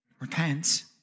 Repent